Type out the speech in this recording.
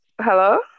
Hello